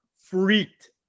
freaked